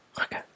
Okay